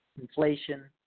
inflation